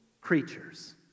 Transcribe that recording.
creatures